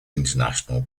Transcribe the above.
international